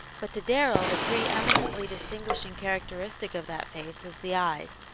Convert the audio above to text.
but to darrell the pre-eminently distinguishing characteristic of that face was the eyes.